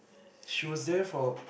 she was there for